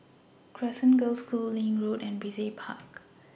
Crescent Girls' School LINK Road and Brizay Park